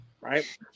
right